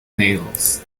nails